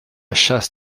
chasse